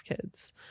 kids